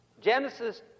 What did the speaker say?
Genesis